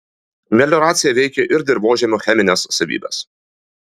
melioracija veikia ir dirvožemio chemines savybes